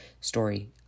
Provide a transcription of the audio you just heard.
story